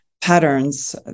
patterns